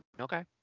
Okay